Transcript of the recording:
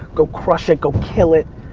go crush it, go kill it,